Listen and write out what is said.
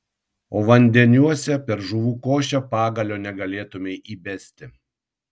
o vandeniuose per žuvų košę pagalio negalėtumei įbesti